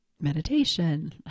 Meditation